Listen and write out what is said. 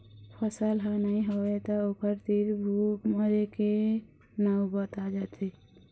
फसल ह नइ होवय त ओखर तीर भूख मरे के नउबत आ जाथे